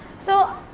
so,